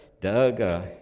Doug